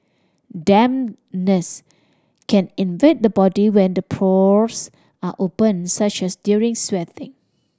dampness can invade the body when the pores are open such as during sweating